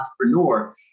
entrepreneur